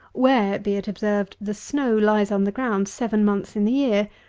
where, be it observed, the snow lies on the ground seven months in the year,